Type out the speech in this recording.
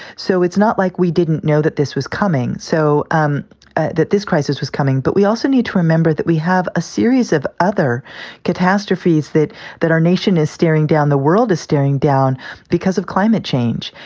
so it's not like we didn't know that this was coming so um that this crisis was coming. but we also need to remember that we have a series of other catastrophes that that our nation is staring down. the world is staring down because of climate change.